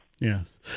Yes